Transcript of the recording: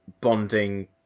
bonding